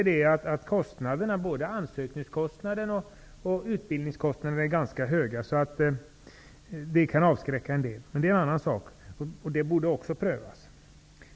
Det är att både ansökningskostnaderna och utbildningskostnaderna är ganska höga. Det kan avskräcka en del, men det är en annan sak. Det borde också prövas.